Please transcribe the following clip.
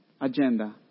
agenda